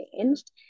changed